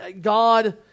God